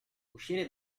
uscire